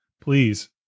Please